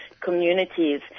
communities